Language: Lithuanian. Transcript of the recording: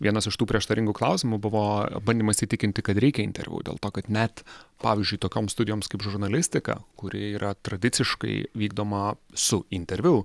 vienas iš tų prieštaringų klausimų buvo bandymas įtikinti kad reikia interviu dėl to kad net pavyzdžiui tokioms studijoms kaip žurnalistika kuri yra tradiciškai vykdoma su interviu